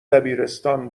دبیرستان